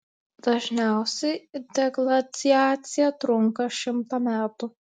dažniausiai deglaciacija trunka šimtą metų